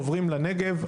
עוברים לנגב?